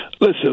Listen